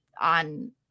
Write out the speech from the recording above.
on